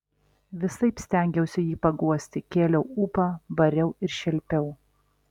visaip stengiausi jį paguosti kėliau ūpą bariau ir šelpiau